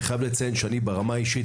אני חייב לציין שברמה האישית,